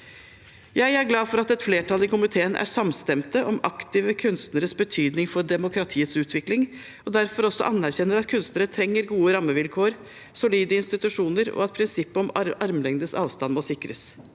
Jeg er glad for at et flertall i komiteen er samstemte om aktive kunstneres betydning for demokratiets utvikling, og derfor også anerkjenner at kunstnere trenger gode rammevilkår og solide institusjoner, og at prinsippet om armlengdes avstand må sikres.